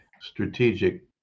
strategic